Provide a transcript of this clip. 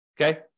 okay